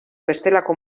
bestelako